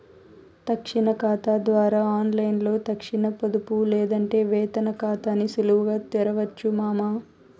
తక్షణ కాతా ద్వారా ఆన్లైన్లో తక్షణ పొదుపు లేదంటే వేతన కాతాని సులువుగా తెరవొచ్చు మామా